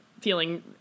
feeling